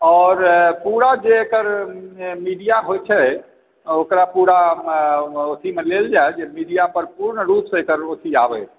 आओर पूरा जे एकर मीडिया होइत छै ओकरा पूरा अथीमे लेल जाय जे मीडिया पर पूर्ण रूपसे एकर रोशनी आबै